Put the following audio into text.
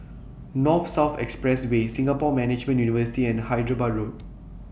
North South Expressway Singapore Management University and Hyderabad Road